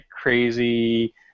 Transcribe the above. crazy